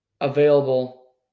Available